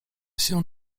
się